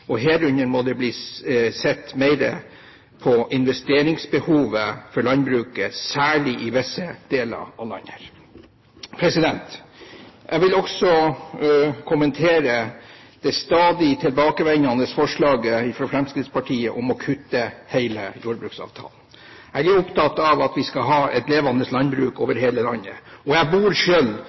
investeringsbehovet i landbruket, særlig i visse deler av landet. Jeg vil også kommentere det stadig tilbakevendende forslaget fra Fremskrittspartiet om å kutte hele jordbruksavtalen. Jeg er opptatt av at vi skal ha et levende landbruk over hele landet. Jeg bor